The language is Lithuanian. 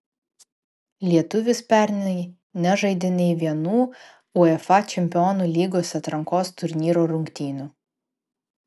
lietuvis pernai nežaidė nė vienų uefa čempionų lygos atrankos turnyro rungtynių